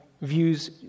views